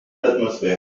l’atmosphère